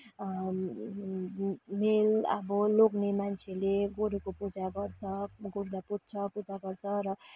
मेल अब लोग्ने मान्छेले गोरुको पूजा गर्छ गोरुलाई पुज्छ पूजा गर्छ र